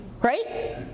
Right